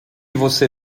você